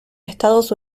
estados